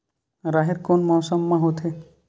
राहेर कोन मौसम मा होथे?